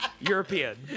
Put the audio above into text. European